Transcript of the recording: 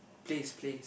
plays plays